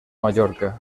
mallorca